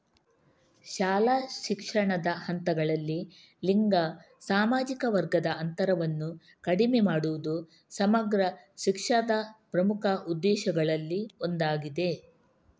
ಶಾಲಾ ಶಿಕ್ಷಣದ ಹಂತಗಳಲ್ಲಿ ಲಿಂಗ ಸಾಮಾಜಿಕ ವರ್ಗದ ಅಂತರವನ್ನು ಕಡಿಮೆ ಮಾಡುವುದು ಸಮಗ್ರ ಶಿಕ್ಷಾದ ಪ್ರಮುಖ ಉದ್ದೇಶಗಳಲ್ಲಿ ಒಂದಾಗಿದೆ